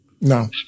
No